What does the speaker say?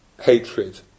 hatred